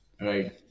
Right